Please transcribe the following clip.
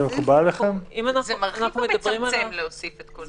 זה מרחיב או מצמצם להוסיף את כל זה?